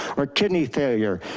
or kidney failure.